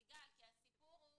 -- -כי הסיפור הוא,